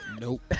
Nope